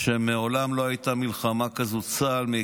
עוזרי הסיעות, נא לשמור על השקט במליאה.